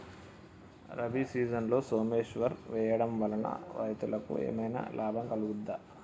రబీ సీజన్లో సోమేశ్వర్ వేయడం వల్ల రైతులకు ఏమైనా లాభం కలుగుద్ద?